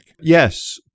Yes